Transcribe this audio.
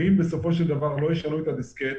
אם בסופו של דבר לא ישנו את הדיסקט,